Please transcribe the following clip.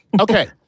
Okay